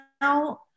now